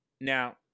Now